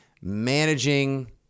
managing